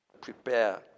prepare